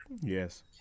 Yes